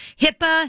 hipaa